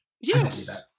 Yes